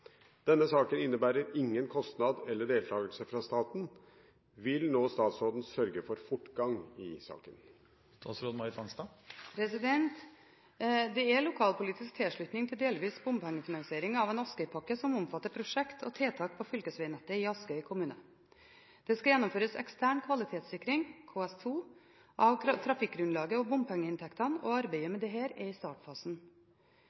Denne saken innebærer ingen kostnad eller deltakelse fra statens side. Vil nå statsråden sørge for fortgang i saken?» Det er lokalpolitisk tilslutning til delvis bompengefinansiering av en askøypakke som omfatter prosjekter og tiltak på fylkesvegnettet i Askøy kommune. Det skal gjennomføres ekstern kvalitetssikring, KS2, av trafikkgrunnlaget og bompengeinntektene, og arbeidet